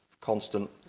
constant